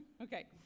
Okay